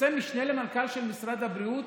כשמפרסם משנה למנכ"ל של משרד הבריאות